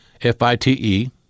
F-I-T-E